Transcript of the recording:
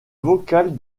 vocable